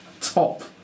top